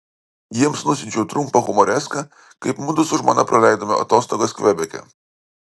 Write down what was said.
jiems nusiunčiau trumpą humoreską kaip mudu su žmona praleidome atostogas kvebeke